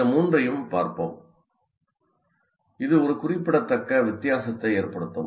இந்த மூன்றையும் பார்ப்போம் இது ஒரு குறிப்பிடத்தக்க வித்தியாசத்தை ஏற்படுத்தும்